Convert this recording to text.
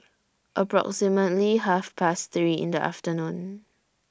approximately Half Past three in The afternoon